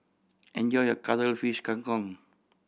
enjoy your Cuttlefish Kang Kong